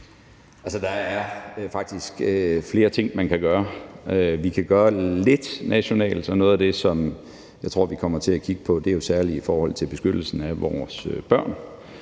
der er faktisk flere ting, man kan gøre. Vi kan gøre lidt nationalt, og noget af det, som jeg tror vi kommer til at kigge på, er jo særlig i forhold til beskyttelsen af vores børn.